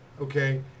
okay